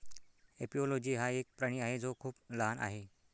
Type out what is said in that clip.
एपिओलोजी हा एक प्राणी आहे जो खूप लहान आहे